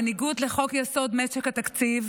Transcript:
בניגוד לחוק-יסוד: משק המדינה,